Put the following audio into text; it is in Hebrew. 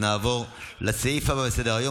הצבעה מבישה.